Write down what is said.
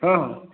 ହଁ